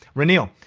reneal,